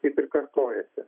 taip ir kartojasi